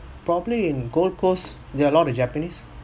probably in gold coast there are lot of japanese